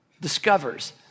discovers